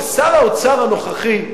ששר האוצר הנוכחי,